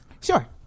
Sure